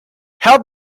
help